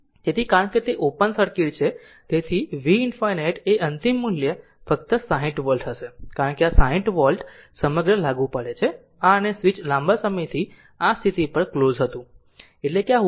તેથી કારણ કે તે ઓપન સર્કિટ છે તેથી V ∞એ અંતિમ મૂલ્ય ફક્ત 60 વોલ્ટ હશે કારણ કે આ 60 વોલ્ટ સમગ્ર લાગુ પડે છે આ અને સ્વીચ લાંબા સમયથી આ સ્થિતિ પર ક્લોઝ હતું એટલે કે આ ઓપન છે